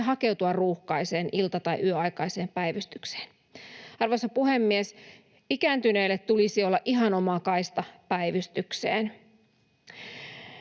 hakeutua ruuhkaiseen ilta‑ tai yöaikaiseen päivystykseen. Arvoisa puhemies! Ikääntyneille tulisi olla ihan oma kaista päivystykseen.